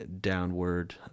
downward